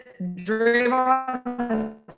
Draymond